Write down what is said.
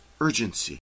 urgency